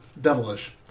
devilish